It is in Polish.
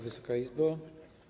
Wysoka Izbo!